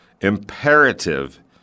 imperative